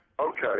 Okay